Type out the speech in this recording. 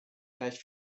gleich